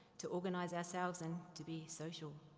to organize ourselves, and, to be social.